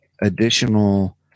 additional